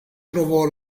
trova